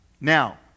Now